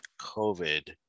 COVID